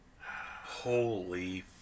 Holy